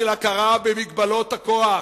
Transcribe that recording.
הכרה במגבלות הכוח.